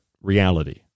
reality